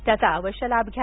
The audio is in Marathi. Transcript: त्याचा आवश्य लाभ घ्या